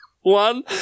One